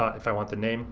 ah if i want the name